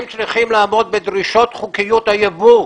הם צריכים לעמוד בדרישות חוקיות היבוא,